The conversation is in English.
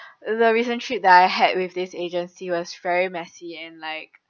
the recent trip that I had with this agency was very messy and like